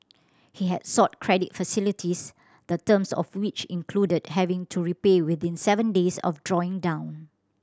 he had sought credit facilities the terms of which included having to repay within seven days of drawing down